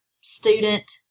student